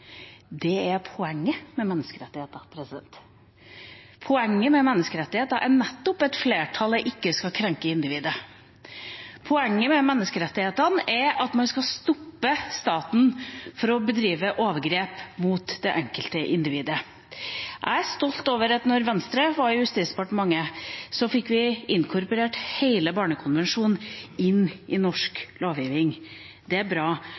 Det er poenget med menneskerettigheter. Poenget med menneskerettigheter er nettopp at flertallet ikke skal krenke individet. Poenget med menneskerettighetene er at man skal stoppe staten fra å bedrive overgrep mot det enkelte individ. Jeg er stolt over at da Venstre var i Justisdepartementet, fikk vi inkorporert hele barnekonvensjonen i norsk lovgivning. Det er bra.